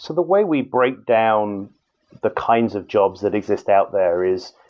so the way we break down the kinds of jobs that exist out there is,